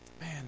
Man